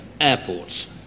airports